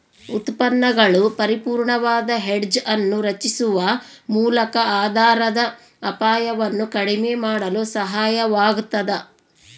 ಉತ್ಪನ್ನಗಳು ಪರಿಪೂರ್ಣವಾದ ಹೆಡ್ಜ್ ಅನ್ನು ರಚಿಸುವ ಮೂಲಕ ಆಧಾರದ ಅಪಾಯವನ್ನು ಕಡಿಮೆ ಮಾಡಲು ಸಹಾಯವಾಗತದ